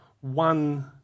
one